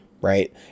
Right